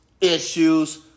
issues